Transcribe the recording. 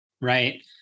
right